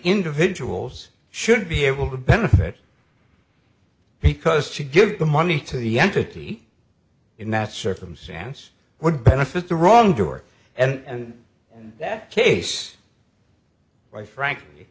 individuals should be able to benefit because she gives the money to the entity in that circumstance would benefit the wrong door and that case i frankly